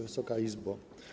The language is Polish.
Wysoka Izbo!